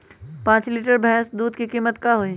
पाँच लीटर भेस दूध के कीमत का होई?